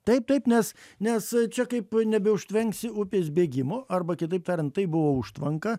taip taip nes nes čia kaip nebeužtvenksi upės bėgimo arba kitaip tariant tai buvo užtvanka